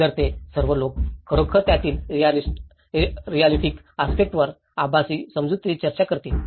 तर हे सर्व लोक खरोखर त्यातील रिऍलिटीिक आस्पेक्टंवर आभासी समजुतीने चर्चा करतील